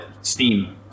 steam